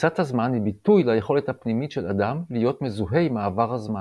תפיסת הזמן היא ביטוי ליכולת הפנימית של אדם להיות מזוהה עם מעבר הזמן.